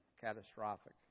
catastrophic